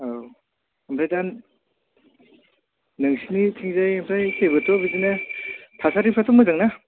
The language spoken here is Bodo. औ ओमफ्राय दा नोंसिनि थिंजायनिफ्राय जेबोथ' बिदिनो थासारिफ्राथ' मोजां ना